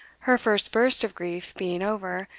her first burst of grief being over,